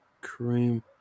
Cream